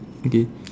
okay